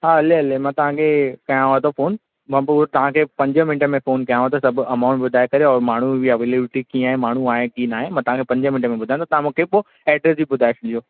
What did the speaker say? हा हले हले मां तव्हां खे कयांव थो फ़ोन मां पोइ तव्हां खे पंज मिन्टे में फ़ोन कयांव थो सभु अमाउंट ॿुधाए करे और माण्हू जी अवेबेलिटी कीअं आहे माण्हूं आहे न आहे मां तव्हांखे पंज मिन्टे में ॿुधां थो तव्हां मूंखे पोइ एड्रेस बि ॿुधाए छॾियो